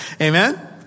Amen